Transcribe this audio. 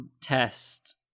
test